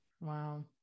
Wow